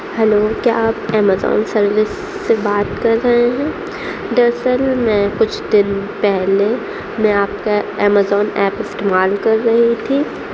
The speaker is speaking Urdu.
ہیلو کیا آپ امیزون سروس سے بات کر رہے ہیں دراصل میں کچھ دن پہلے میں آپ کا امیزون ایپ استعمال کر رہی تھی